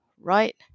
right